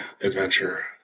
adventure